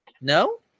No